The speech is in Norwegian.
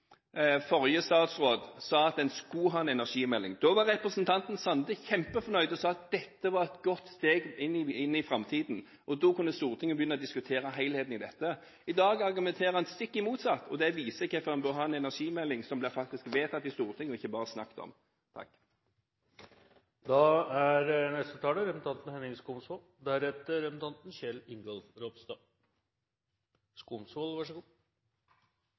forrige olje- og energiminister sa at en skulle lage en energimelding. Da var representanten Sande kjempefornøyd og sa at dette var et godt steg inn i framtiden, og da kunne Stortinget begynne å diskutere helheten i dette. I dag argumenterer en stikk motsatt. Det viser hvorfor en bør ha en energimelding som faktisk blir vedtatt i Stortinget – og ikke bare snakket om. Representanten